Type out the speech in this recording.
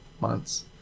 months